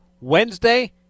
Wednesday